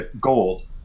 gold